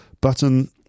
button